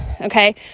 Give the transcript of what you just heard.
okay